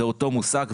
זה אותו מושג.